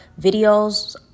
videos